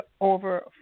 over